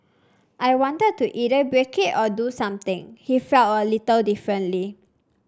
I wanted to either break it or do something he felt a little differently